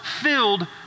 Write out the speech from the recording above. filled